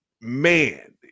man